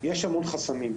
יש המון חסמים.